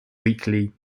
weekly